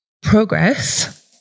Progress